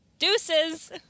deuces